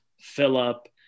Philip